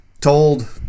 told